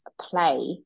play